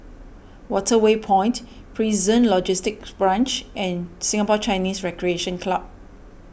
Waterway Point Prison Logistic Branch and Singapore Chinese Recreation Club